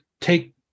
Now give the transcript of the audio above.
Take